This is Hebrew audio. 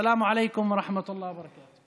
א-סלאם עליכום ורחמת אללה וברכאתה.